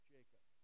Jacob